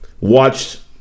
watched